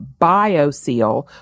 BioSeal